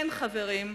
כן, חברים.